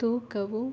ತೂಕವು